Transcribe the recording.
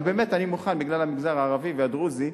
אבל באמת אני מוכן, בגלל המגזר הערבי והדרוזי,